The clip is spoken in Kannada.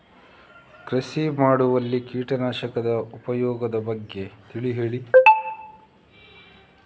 ಕೃಷಿ ಮಾಡುವಲ್ಲಿ ಕೀಟನಾಶಕದ ಉಪಯೋಗದ ಬಗ್ಗೆ ತಿಳಿ ಹೇಳಿ